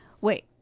Wait